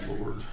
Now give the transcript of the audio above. lord